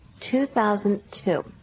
2002